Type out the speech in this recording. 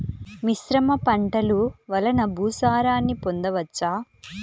మిశ్రమ పంటలు వలన భూసారాన్ని పొందవచ్చా?